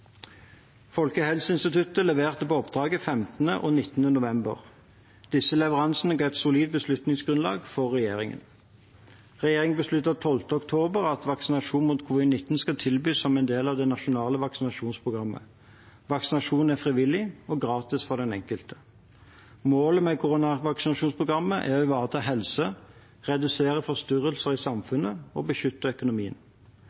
Folkehelseinstituttet leverte på oppdraget 15. og 19. november. Disse leveransene ga et solid beslutningsgrunnlag for regjeringen. Regjeringen besluttet 12. oktober at vaksinasjon mot covid-19 skal tilbys som en del av det nasjonale vaksinasjonsprogrammet. Vaksinasjonen er frivillig og gratis for den enkelte. Målet med koronavaksinasjonsprogrammet er å ivareta helse, redusere forstyrrelser i